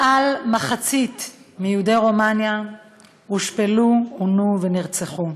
מעל מחצית מיהודי רומניה הושפלו, עונו ונרצחו.